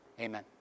amen